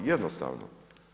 Jednostavno!